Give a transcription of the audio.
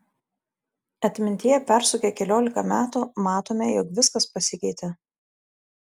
atmintyje persukę keliolika metų matome jog viskas pasikeitė